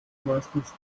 meistens